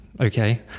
Okay